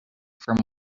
from